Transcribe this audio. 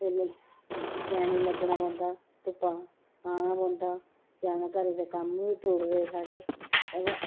भी लैनें च लग्गना पौंदा धुप्पा औना पौंदा एह्दे नै घरै दे कम्म बी त्रुटदे साढ़े अवा